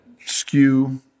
skew